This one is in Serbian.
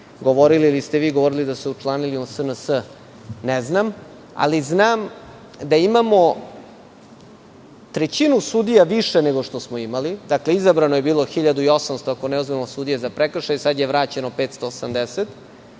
govorili, ili ste vi govorili da su se učlanili u SNS, ne znam, ali znam da imamo trećinu sudija više, nego što smo imali. Dakle, izabrano je bilo 1.800, ako ne znamo sudije za prekršaje, sada je vraćeno 580,